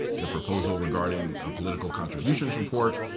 the proposal regarding a political contributions report,